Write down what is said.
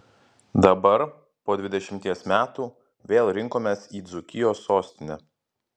dabar po dvidešimties metų vėl rinkomės į dzūkijos sostinę